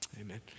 Amen